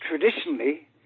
traditionally